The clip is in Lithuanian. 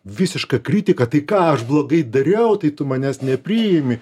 visišką kritiką tai ką aš blogai dariau tai tu manęs nepriimi